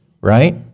right